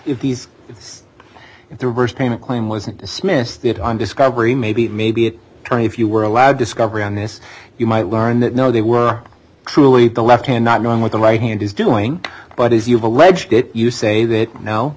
if the worst pain a claim wasn't dismissed it on discovery maybe maybe it's time if you were allowed discovery on this you might learn that no they were truly the left hand not knowing what the right hand is doing but if you've alleged it you say that now